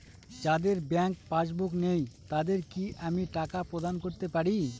যাদের bank passbook নেই তাদের কি আমি টাকা প্রদান করতে পারি?